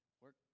work